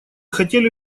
хотели